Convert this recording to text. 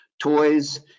toys